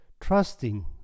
trusting